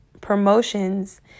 promotions